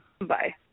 Bye